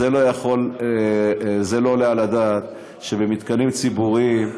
זה לא עולה על הדעת שבמתקנים ציבוריים,